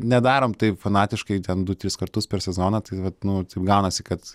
nedarom taip fanatiškai ten du tris kartus per sezoną tai vat nu taip gaunasi kad